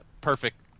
perfect